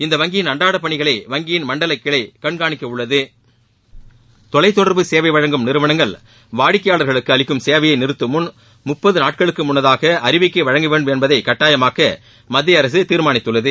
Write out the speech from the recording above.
இந்த வங்கியின் அன்றாடப் பணிகளை வங்கியின் மண்டல கிளை கண்காணிக்கவுள்ளது தொலைத் தொடர்பு சேவை வழங்கும் நிறுவனங்கள் வாடிக்கையாளர்களுக்கு அளிக்கும் சேவையை நிறுத்துமுன் முப்பது நாட்களுக்கு முன்னதாக அறிவிக்கை வழங்க வேண்டும் என்பதை கட்டாயமாக்க மத்திய அரசு தீர்மானித்துள்ளது